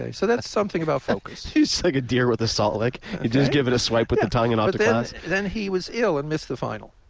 so that's something about focus. he's like a deer with a saltlick. you just give it a swipe with the tongue and off to class. but then he was ill and missed the final.